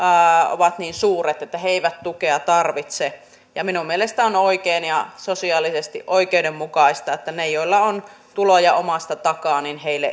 ovat niin suuret että he eivät tukea tarvitse minun mielestäni on on oikein ja sosiaalisesti oikeudenmukaista että niille joilla on tuloja omasta takaa